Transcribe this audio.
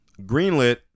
greenlit